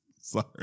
Sorry